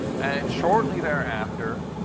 and shortly thereafter,